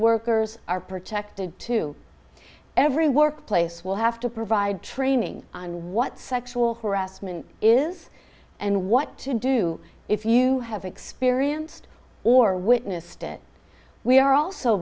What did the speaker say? workers are protected to every workplace will have to provide training on what sexual harassment is and what to do if you have experienced or witnessed it we are also